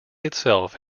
itself